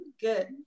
good